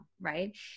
Right